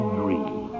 dream